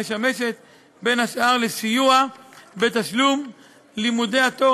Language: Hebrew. המשמשת בין השאר לסיוע בתשלום לימודי התואר